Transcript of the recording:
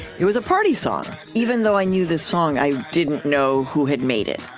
it was a party song. even though i knew this song, i didn't know who had made it.